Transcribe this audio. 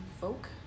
folk